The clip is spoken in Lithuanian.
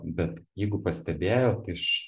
bet jeigu pastebėjot iš